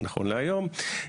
נכון להיום,